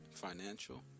financial